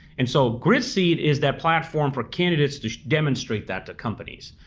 and so gritseed is that platform for candidates to demonstrate that to companies,